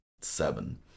seven